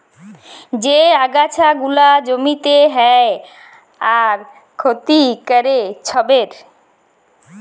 যে আগাছা গুলা জমিতে হ্যয় আর ক্ষতি ক্যরে ছবের